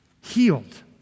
Healed